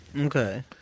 Okay